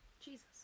Jesus